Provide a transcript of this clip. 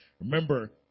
Remember